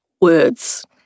words